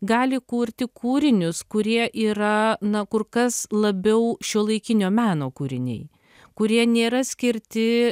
gali kurti kūrinius kurie yra na kur kas labiau šiuolaikinio meno kūriniai kurie nėra skirti